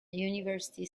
university